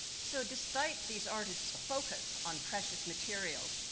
so despite these artists focus on precious material,